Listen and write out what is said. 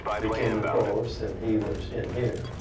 became the provost, and he was in here.